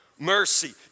Mercy